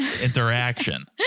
interaction